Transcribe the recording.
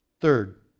Third